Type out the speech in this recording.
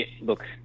look